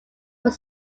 were